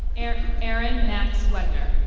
erin erin max windor.